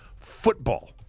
football